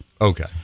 Okay